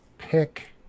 pick